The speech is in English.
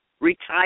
retire